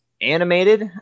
animated